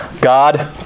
God